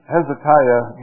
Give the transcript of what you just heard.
Hezekiah